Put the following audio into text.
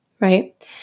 right